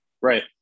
Right